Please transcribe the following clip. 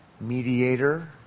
mediator